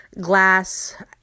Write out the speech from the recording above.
glass